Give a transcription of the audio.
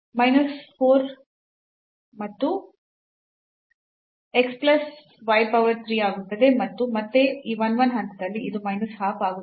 ಆದ್ದರಿಂದ ಮೈನಸ್ 2 ಮತ್ತು ಈ 2 y ಮೈನಸ್ 4 ಮತ್ತು x plus y power 3 ಆಗುತ್ತದೆ ಮತ್ತು ಮತ್ತೆ ಈ 1 1 ಹಂತದಲ್ಲಿ ಇದು minus half ಆಗುತ್ತದೆ